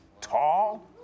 tall